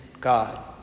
God